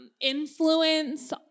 influence